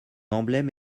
emblème